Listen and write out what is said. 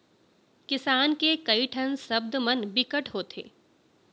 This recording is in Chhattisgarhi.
किसान के कइ ठन सब्द मन बिकट होथे